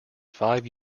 five